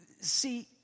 See